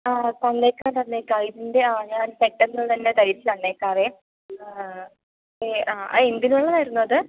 ആ തന്നേക്കാം തന്നേക്കാം ഇതിൻ്റെ ആയാൽ പെട്ടെന്ന് തന്നെ തയ്ച്ച് തന്നേക്കാവേ അത് എന്തിനുള്ളതായിരുന്നു അത്